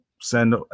send